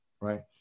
right